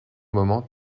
moment